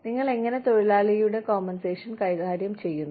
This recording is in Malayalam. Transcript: നിങ്ങൾ എങ്ങനെ തൊഴിലാളിയുടെ നഷ്ടപരിഹാരം കൈകാര്യം ചെയ്യുന്നു